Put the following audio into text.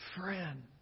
friend